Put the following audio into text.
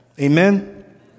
Amen